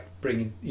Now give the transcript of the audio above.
bringing